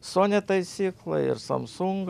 sony taisykla ir samsung